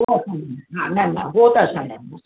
हो असांजा हा न न हो त असांजा आहिनि